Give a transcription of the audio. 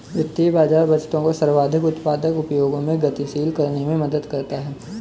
वित्तीय बाज़ार बचतों को सर्वाधिक उत्पादक उपयोगों में गतिशील करने में मदद करता है